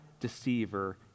deceiver